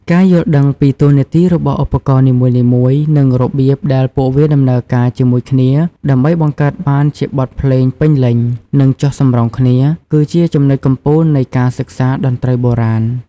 ការយល់ដឹងពីតួនាទីរបស់ឧបករណ៍នីមួយៗ និងរបៀបដែលពួកវាដំណើរការជាមួយគ្នាដើម្បីបង្កើតបានជាបទភ្លេងពេញលេញ និងចុះសម្រុងគ្នា គឺជាចំណុចកំពូលនៃការសិក្សាតន្ត្រីបុរាណ។